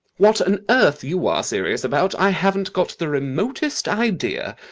what on earth you are serious about i haven't got the remotest idea.